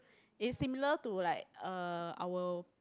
it's similar to like uh our